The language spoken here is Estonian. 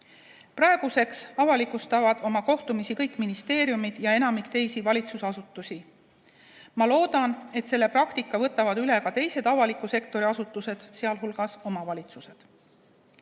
Praeguseks avalikustavad oma kohtumisi kõik ministeeriumid ja enamik teisi valitsusasutusi. Ma loodan, et selle praktika võtavad üle ka teised avaliku sektori asutused, sh omavalitsused.